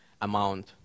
amount